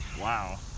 Wow